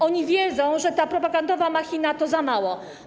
Oni wiedzą, że ta propagandowa machina to za mało.